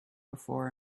before